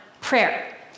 prayer